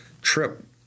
trip